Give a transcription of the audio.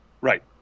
Right